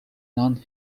non